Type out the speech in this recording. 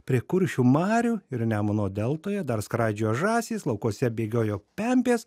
prie kuršių marių ir nemuno deltoje dar skraidžiojo žąsys laukuose bėgiojo pempės